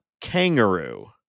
kangaroo